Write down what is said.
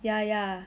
ya ya